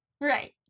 right